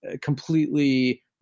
completely